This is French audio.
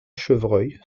chevreuil